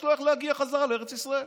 יש לו איך להגיע בחזרה לארץ ישראל.